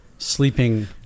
Sleeping